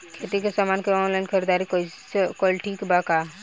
खेती के समान के ऑनलाइन खरीदारी कइल ठीक बा का?